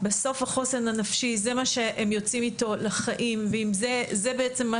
בסוף החוסן הנפשי זה מה שהם יוצאים אתו לחיים וזה בעצם מה